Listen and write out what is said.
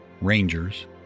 rangers